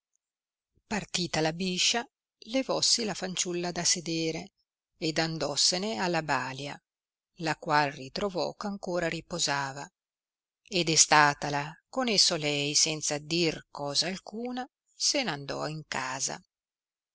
verrai partita la biscia levossi la fanciulla da sedere ed andossene alla balia la qual ritrovò eh ancora riposava e destatala con esso lei senza dir cosa alcuna se n andò in casa